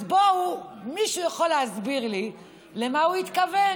אז בואו, מישהו יכול להסביר לי למה הוא התכוון?